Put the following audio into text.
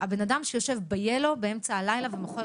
הבן-אדם שיושב ב-Yellow באמצע הלילה ומוכר